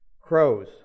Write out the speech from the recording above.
Crows